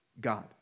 God